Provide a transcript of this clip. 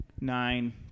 Nine